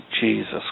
Jesus